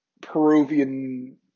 Peruvian